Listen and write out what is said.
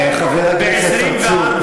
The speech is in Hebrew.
חבר הכנסת צרצור,